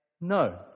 no